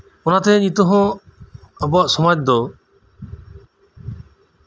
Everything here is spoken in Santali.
ᱚᱱᱟᱛᱮ ᱱᱤᱛᱳᱜ ᱦᱚᱸ ᱟᱵᱚᱣᱟᱜ ᱥᱚᱢᱟᱡᱽ ᱫᱚ